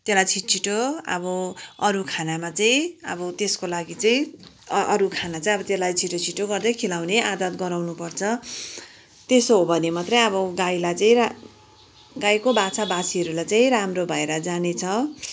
त्यसलाई छिट्छिटो अब अरू खानामा चाहिँ अब त्यसको लागि चाहिँ अ अरू खाना चाहिँ अब त्यसलाई छिटो छिटो गर्दै खिलाउने आदत गराउनुपर्छ त्यसो हो भने मात्रै अब गाईलाई चाहिँ गाईको बाछा बाछीहरूलाई चाहिँ राम्रो भएर जानेछ